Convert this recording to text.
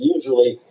Usually